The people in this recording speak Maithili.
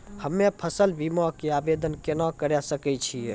हम्मे फसल बीमा के आवदेन केना करे सकय छियै?